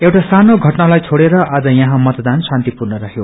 एउटा सानो पटनालाई छोडेर आज याहौँ मतदान शान्पूर्ण रहयो